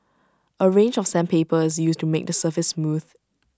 A range of sandpaper is used to make the surface smooth